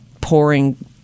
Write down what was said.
pouring